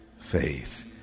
faith